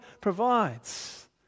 provides